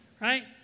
right